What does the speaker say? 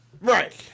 Right